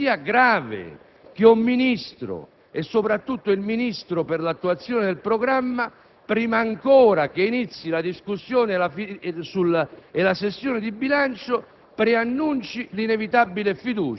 Presidente, è grave che un Ministro - soprattutto il Ministro per l'attuazione del programma - prima ancora che inizi la discussione della sessione di bilancio